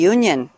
Union